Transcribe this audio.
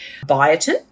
biotin